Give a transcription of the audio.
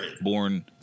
born